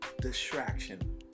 distraction